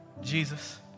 Jesus